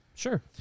Sure